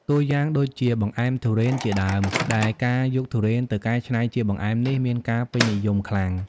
តួយ៉ាងដូចជា បង្អែមទុរេន ជាដើម ដែលការយកទុរេនទៅកែច្នៃជាបង្អែមនេះ មានការពេញនិយមខ្លាំង។